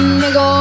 nigga